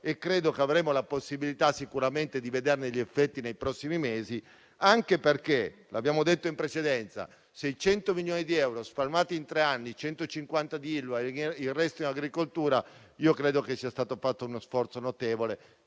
credo che avremo sicuramente la possibilità di vederne gli effetti nei prossimi mesi, anche perché - l'abbiamo detto in precedenza - con 600 milioni di euro spalmati in tre anni, 150 in Ilva e il resto in agricoltura, credo che sia stato fatto uno sforzo notevole